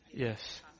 Yes